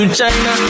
China